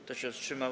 Kto się wstrzymał?